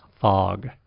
fog